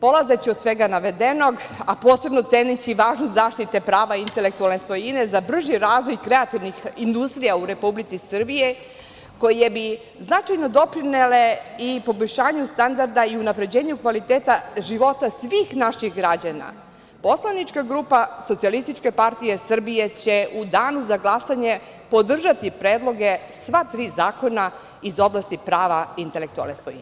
Polazeći od svega navedenog, a posebno ceneći važnost zaštite prava intelektualne svojine za brži razvoj kreativnih industrija u Republici Srbiji koje bi značajano doprinele i poboljšanju standarda i unapređenju kvaliteta života svih naših građana, poslanička grupa SPS će u danu za glasanje podržati predloge sva tri zakona iz oblasti prava intelektualne svojine.